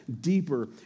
deeper